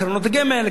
קרנות הגמל,